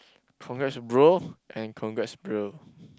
congrats bro and congrats bro